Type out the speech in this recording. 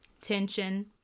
tension